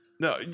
No